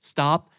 Stop